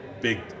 big